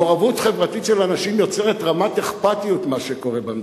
מעורבות חברתית של אנשים יוצרת רמת אכפתיות למה שקורה במדינה.